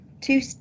two